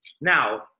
Now